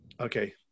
okay